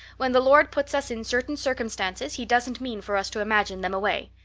when the lord puts us in certain circumstances he doesn't mean for us to imagine them away.